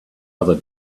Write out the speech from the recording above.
other